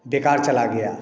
बेकार चला गया